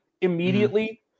immediately